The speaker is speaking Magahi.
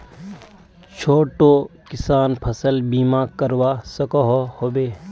छोटो किसान फसल बीमा करवा सकोहो होबे?